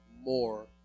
more